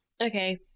Okay